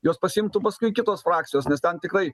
juos pasiimtų paskui kitos frakcijos nes ten tikrai